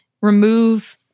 remove